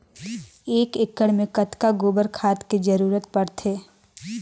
एक एकड़ मे कतका गोबर खाद के जरूरत पड़थे?